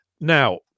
Now